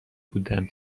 بودن